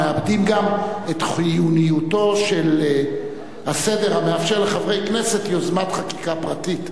מאבדים גם את חיוניותו של הסדר המאפשר לחברי כנסת יוזמת חקיקה פרטית.